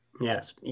Yes